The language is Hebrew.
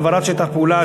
העברת שטח פעולה.